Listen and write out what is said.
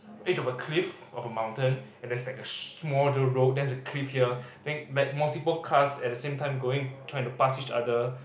edge of a cliff of a mountain and there's like a smaller road then a cliff here then like multiple cars at the same time going trying to pass each other